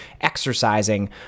exercising